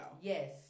yes